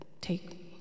Take